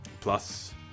Plus